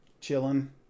chilling